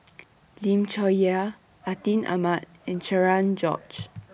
Lim Chong Yah Atin Amat and Cherian George